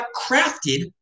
crafted